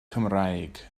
cymraeg